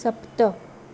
सप्त